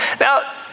Now